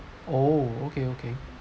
oh okay okay